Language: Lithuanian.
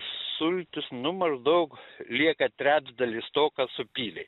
sultys nu maždaug lieka trečdalis to ką supylė